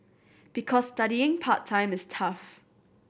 because studying part time is tough